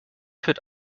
führt